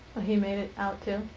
he made it out, too?